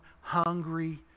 hungry